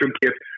gift